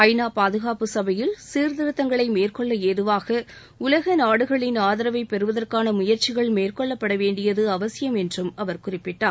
ஐ நா பாதுகாப்பு சபையில் சீர்த்திருத்தங்களை மேற்கொள்ள ஏதுவாக உலக நாடுகளின் ஆதரவை பெறுவதற்கான முயற்சிகள் மேற்கொள்ளப்பட வேண்டியது அவசியம் என்றும் அவர் குறிப்பிட்டார்